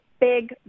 big